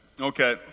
Okay